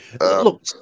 Look